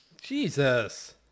Jesus